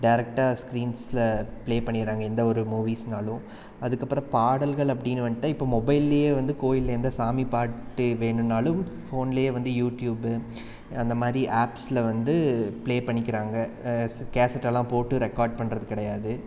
டேரக்டா ஸ்க்ரீன்ஸில் ப்ளே பண்ணிடறாங்க எந்த ஒரு மூவிஸ்னாலும் அதுக்கப்புறோம் பாடல்கள் அப்டின்னு வந்துட்டு இப்போ மொபைலேயே வந்து கோயிலில் எந்த சாமி பாட்டு வேணும்னாலும் ஃபோனில் வந்து யூடியூபு அந்த மாதிரி ஆப்ஸில் வந்து ப்ளே பண்ணிக்கிறாங்க கேசட்டெல்லாம் போட்டு ரெகார்ட் பண்ணுறது கிடையாது